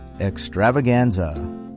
Extravaganza